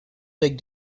big